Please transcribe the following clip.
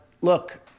look